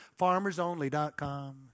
farmersonly.com